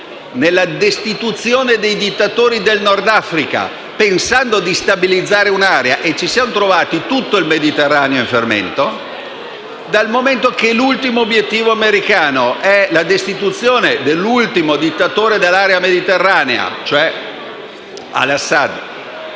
nella destituzione dei dittatori del Nord Africa, pensando di stabilizzare un'area, e ci siamo trovati con tutto il Mediterraneo in fermento. In un momento come questo, in cui l'ultimo obiettivo americano è la destituzione dell'ultimo dittatore dell'area mediterranea, al-Assad,